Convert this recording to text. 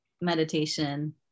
meditation